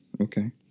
Okay